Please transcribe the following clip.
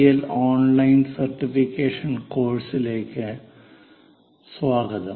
L online certification കോഴ്സുകളിലേക്ക് സ്വാഗതം